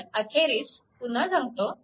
तर अखेरीस पुन्हा सांगतो